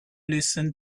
listen